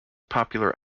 popular